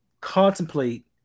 Contemplate